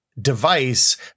device